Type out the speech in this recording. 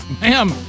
Ma'am